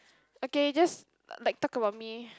okay just like talk about me